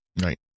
Right